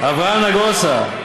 אברהם נגוסה.